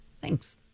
Thanks